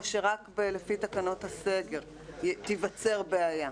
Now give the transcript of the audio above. או שרק לפי תקנות הסגר תיווצר בעיה?